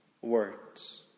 words